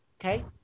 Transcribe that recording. okay